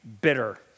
bitter